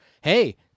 hey